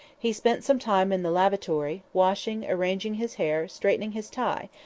he spent some time in the lavatory, washing, arranging his hair, straightening his tie,